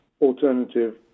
alternative